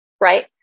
Right